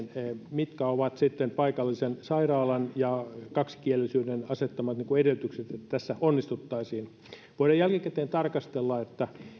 mitkä ovat sitten paikallisen sairaalan ja kaksikielisyyden asettamat edellytykset että tässä onnistuttaisiin voidaan jälkikäteen tarkastella